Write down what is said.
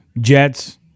Jets